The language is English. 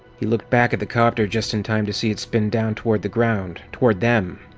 he looked back at the copter just in time to see it spin down toward the ground, toward them.